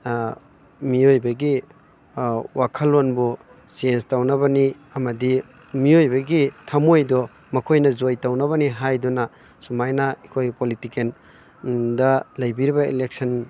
ꯃꯤꯑꯣꯏꯕꯒꯤ ꯋꯥꯈꯜꯂꯣꯟꯕꯨ ꯆꯦꯟꯖ ꯇꯧꯅꯕꯅꯤ ꯑꯃꯗꯤ ꯃꯤꯌꯣꯏꯕꯒꯤ ꯊꯝꯃꯣꯏꯗꯣ ꯃꯈꯣꯏꯅ ꯖꯣꯏ ꯇꯧꯅꯕꯅꯤ ꯍꯥꯏꯗꯨꯅ ꯁꯨꯝꯃꯥꯏꯅ ꯑꯩꯈꯣꯏ ꯄꯣꯂꯤꯇꯤꯀꯦꯜ ꯗ ꯂꯩꯕꯤꯔꯤꯕ ꯏꯂꯦꯛꯁꯟ